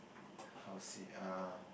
how to say uh